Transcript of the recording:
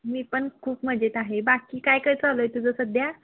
मी पण खूप मजेत आहे बाकी काय काय चालू आहे तुझं सध्या